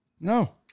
No